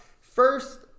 First